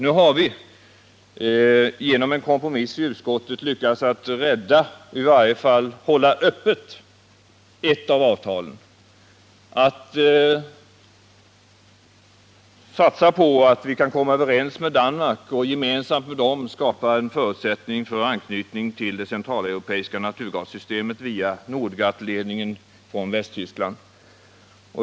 Vi har genom en kompromiss i utskottet lyckats att i varje fall hålla ett av avtalen öppet. Vi skall satsa på att komma överens med Danmark och gemensamt med danskarna skapa en förutsättning för anknytning till det centraleuropeiska naturgassystemet genom Nordgatledningen från Västtyskland.